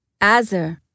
Azer